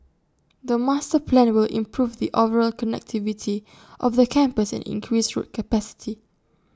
the master plan will improve the overall connectivity of the campus and increase road capacity